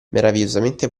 meravigliosamente